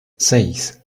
seis